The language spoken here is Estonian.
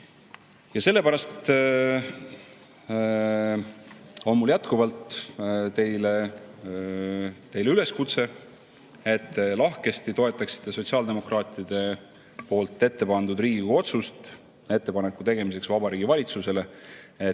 Sellepärast on mul jätkuvalt teile üleskutse, et te lahkesti toetaksite sotsiaaldemokraatide ettepandud Riigikogu otsust ettepaneku tegemiseks Vabariigi Valitsusele, et